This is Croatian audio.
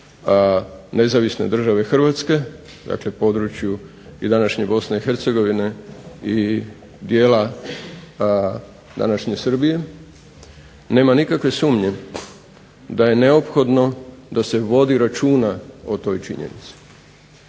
Nezavisne države HRvatske dakle područje i današnje BiH i dijela današnje Srbije, nema nikakve sumnje da je neophodno da se vodi računa o toj činjenici.